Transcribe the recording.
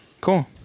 cool